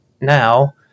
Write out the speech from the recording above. Now